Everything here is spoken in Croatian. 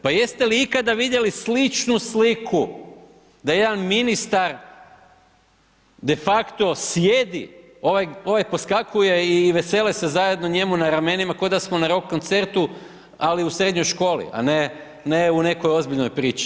Pa jeste li ikada vidjeli sličnu sliku da jedan ministar, defakto sjedi, ovaj poskakuje i vesele se zajedno njemu na ramenima, koda smo na rok koncertu, ali u srednjoj školi, a ne u nekoj ozbiljnoj priči.